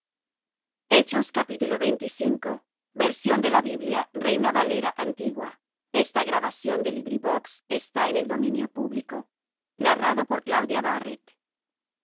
librado de la mano de herodes y de todo el pueblo de